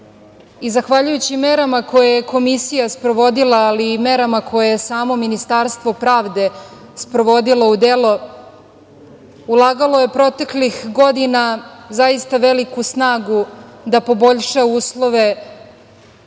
čoveku. Zahvaljujući merama koje je Komisija sprovodila, ali i merama koje je samo Ministarstvo pravde sprovodilo u delo, ulagalo je proteklih godina zaista veliku snagu da poboljša uslove